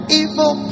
evil